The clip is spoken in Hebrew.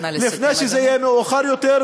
ולפני שזה יהיה מאוחר מדי.